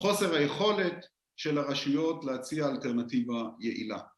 חוסר היכולת של הרשויות להציע אלטרנטיבה יעילה